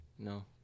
no